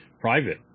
private